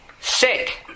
sick